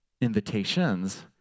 invitations